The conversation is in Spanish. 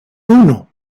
uno